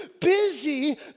busy